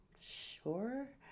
Sure